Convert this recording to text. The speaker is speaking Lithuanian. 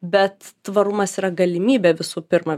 bet tvarumas yra galimybė visų pirma